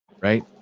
right